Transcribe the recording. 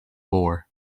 bore